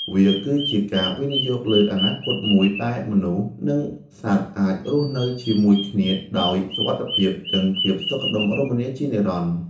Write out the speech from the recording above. វាគឺជាការវិនិយោគលើអនាគតមួយដែលមនុស្ស និងសត្វអាចរស់នៅជាមួយគ្នាដោយសុវត្ថិភាព និងភាពសុខដុមរមនាជានិរន្តរ៍។